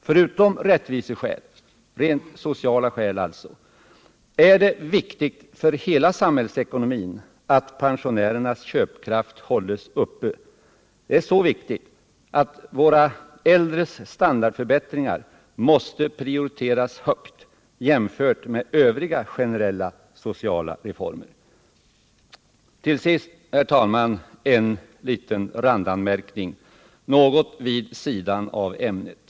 Förutom att här finns rättviseskäl — rent sociala skäl, alltså — är det viktigt för hela samhällsekonomin att pensionärernas köpkraft hålls uppe. Det är så viktigt att våra äldres standardförbättringar måste prioriteras högt jämfört med övriga generella sociala reformer. Till sist, herr talman, en liten randanmärkning, något vid sidan av ämnet.